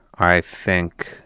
i think